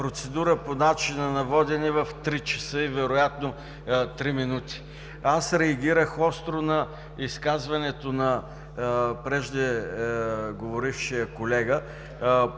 процедура по начина на водене в три часа и вероятно три минути. Аз реагирах остро на изказването на преждеговорившия колега